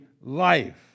life